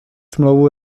smlouvu